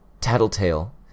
Tattletale